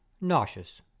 nauseous